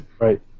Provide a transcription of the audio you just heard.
Right